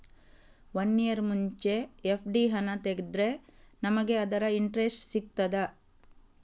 One year ಮುಂಚೆ FD ಹಣ ತೆಗೆದ್ರೆ ನಮಗೆ ಅದರ ಇಂಟ್ರೆಸ್ಟ್ ಸಿಗ್ತದ?